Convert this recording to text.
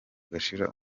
ugashira